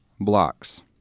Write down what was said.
blocks